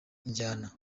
injyana